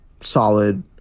solid